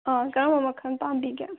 ꯑꯧ ꯀꯔꯝꯕ ꯃꯈꯜ ꯄꯥꯝꯕꯤꯒꯦ